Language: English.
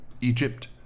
Egypt